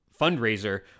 fundraiser